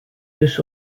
dus